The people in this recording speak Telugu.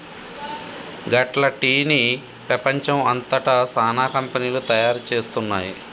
గట్ల టీ ని పెపంచం అంతట సానా కంపెనీలు తయారు చేస్తున్నాయి